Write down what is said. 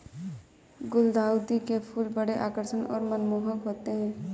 गुलदाउदी के फूल बड़े आकर्षक और मनमोहक होते हैं